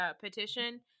petition